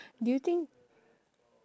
do you think